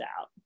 out